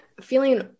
feeling